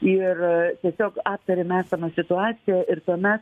ir tiesiog aptarėme esamą situaciją ir tuomet